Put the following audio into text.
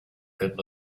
good